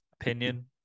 opinion